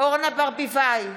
אורנה ברביבאי,